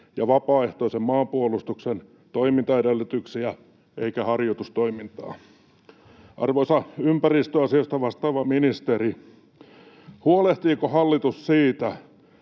ja vapaaehtoisen maanpuolustuksen toimintaedellytyksiä eikä harjoitustoimintaa.” Arvoisa ympäristöasioista vastaava ministeri, huolehtiiko hallitus siitä,